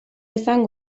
izan